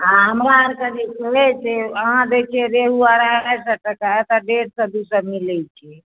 आ हमर आरके जे छै से अहाँ दैत छियै रेहू अढ़ाइ सए टके एतय डेढ़ सए दू सए टके मिलैत छै